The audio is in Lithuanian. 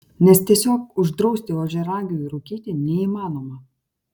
nes tiesiog uždrausti ožiaragiui rūkyti neįmanoma